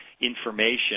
information